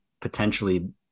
potentially